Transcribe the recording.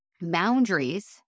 boundaries